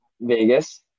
Vegas